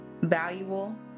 Valuable